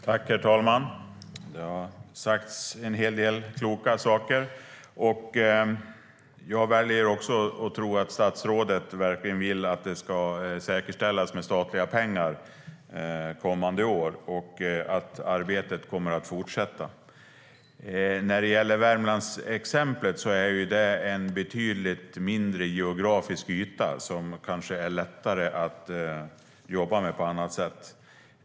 Herr talman! Det har sagts en hel del kloka saker här. Värmlandsexemplet är en betydligt mindre geografisk yta som kanske är lättare att jobba med på ett annat sätt.